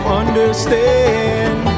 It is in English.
understand